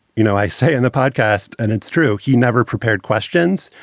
you know, i say in the podcast and it's true, he never prepared questions.